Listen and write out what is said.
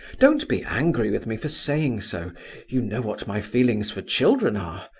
don't be angry with me for saying so you know what my feelings for children are.